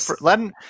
let